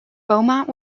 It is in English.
beaumont